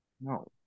no